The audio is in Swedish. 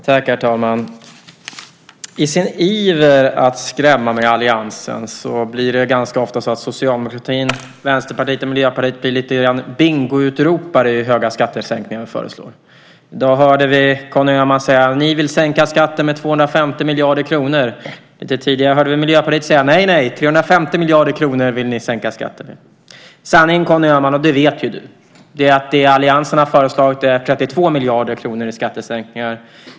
Herr talman! I sin iver att skrämma med alliansen blir ganska ofta socialdemokratin, Vänsterpartiet och Miljöpartiet något av bingoutropare i hur höga skattesänkningar vi föreslår. I dag hörde vi Conny Öhman säga: Ni vill sänka skatten med 250 miljarder kronor. Lite tidigare hörde vi Miljöpartiet säga: Nej, 350 miljarder kronor vill ni sänka skatten med. Sanningen, Conny Öhman, och det vet ju du, är att alliansen har föreslagit 32 miljarder kronor i skattesänkningar.